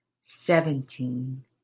seventeen